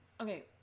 okay